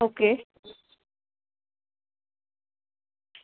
okay